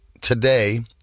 today